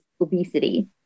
obesity